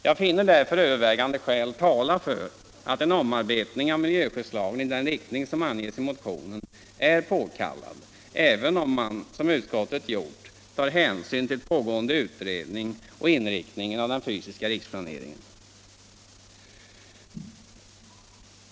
Jag finner därför övervägande skäl tala för att en omarbetning av miljöskyddslagen i den riktning som anges i motionen är påkallad även om man, som utskottet gjort, tar hänsyn till pågående utredning och inriktningen av den fysiska riksplaneringen.